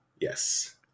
Yes